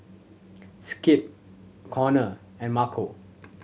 Skip Connor and Marco